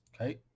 okay